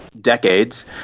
decades